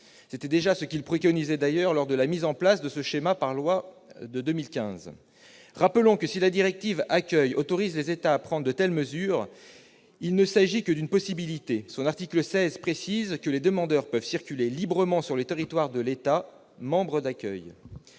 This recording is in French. C'est ce qu'il préconisait déjà lors de la mise en place de ce schéma par la loi de 2015. Rappelons que, si la directive Accueil autorise les États à prendre de telles mesures, il ne s'agit que d'une possibilité. Son article 7 précise que « les demandeurs peuvent circuler librement sur le territoire de l'État membre d'accueil